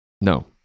No